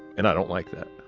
and i don't like that.